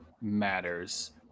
matters